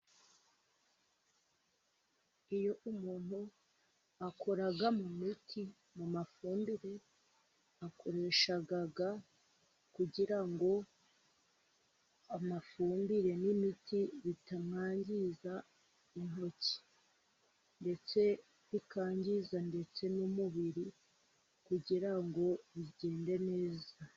Iyo umuntu akora mu miti, mu mafumbire, akoresha ga kugira ngo amafumbire n'imiti bitamwangiza intoki, ndetse bikangiza n'umubiri, kugira ngo bigende neza.